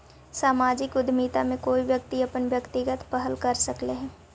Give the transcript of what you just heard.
सामाजिक उद्यमिता में कोई व्यक्ति अपन व्यक्तिगत पहल कर सकऽ हई